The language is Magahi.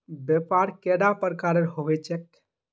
व्यापार कैडा प्रकारेर होबे चेक?